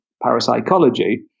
parapsychology